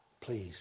Please